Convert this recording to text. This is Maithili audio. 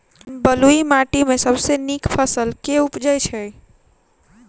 बलुई माटि मे सबसँ नीक फसल केँ उबजई छै?